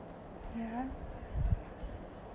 ya